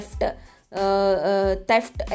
theft